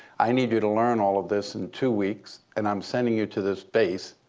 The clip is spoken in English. i need you to learn all of this in two weeks, and i'm sending you to this base.